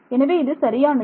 எனவே இது சரியானது